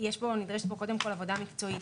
נדרשת פה קודם כל עבודה מקצועית,